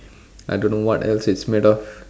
I don't know what else it's made of